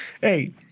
Hey